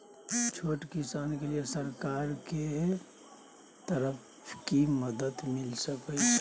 छोट किसान के लिए सरकार के तरफ कि मदद मिल सके छै?